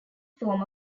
form